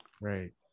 Right